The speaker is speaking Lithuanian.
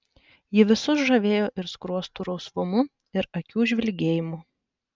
ji visus žavėjo ir skruostų rausvumu ir akių žvilgėjimu